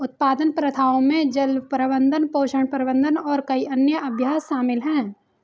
उत्पादन प्रथाओं में जल प्रबंधन, पोषण प्रबंधन और कई अन्य अभ्यास शामिल हैं